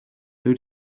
who